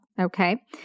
okay